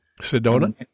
Sedona